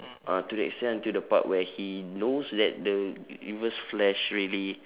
uh to the extent until the part where he knows that the r~ reverse flash really